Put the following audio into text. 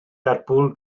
lerpwl